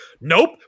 nope